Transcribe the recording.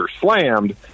slammed